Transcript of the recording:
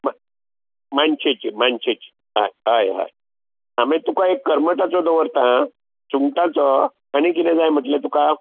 मा मानशेची मानशेची आं हय हय मागीर तुका एक करमटाचो दवरता आं सुंगटाचो आनी कितें जाय म्हटलें तुका